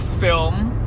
film